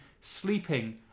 Sleeping